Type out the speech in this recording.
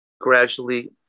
gradually